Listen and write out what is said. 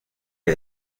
que